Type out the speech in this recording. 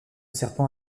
serpent